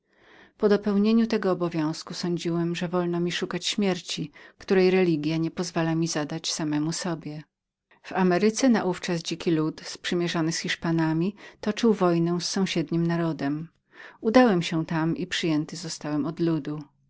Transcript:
po dopełnieniu tego obowiązku osądziłem że wolno mi było szukać śmierci której religia niepozwalała mi zadać samemu sobie w ameryce naówczas dziki lud sprzymierzomysprzymierzony z hiszpanami toczył wojnę z sąsiednim narodem udałem się tam i przyjęty zostałem od ludu